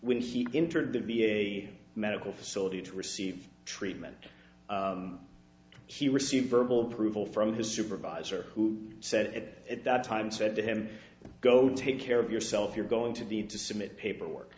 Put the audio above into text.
when he entered the v a medical facility to receive treatment he received verbal approval from his supervisor who said at that time said to him go take care of yourself you're going to be to submit paperwork